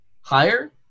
higher